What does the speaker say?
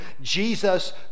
Jesus